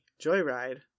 Joyride